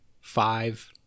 five